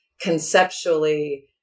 conceptually